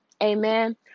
amen